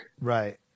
Right